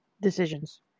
decisions